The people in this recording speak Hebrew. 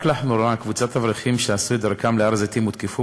רק לאחרונה קבוצת אברכים שעשתה את דרכם להר-הזיתים הותקפה